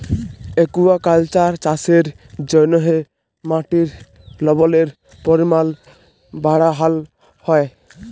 aquaculture চাষের জ্যনহে মাটির লবলের পরিমাল বাড়হাল হ্যয়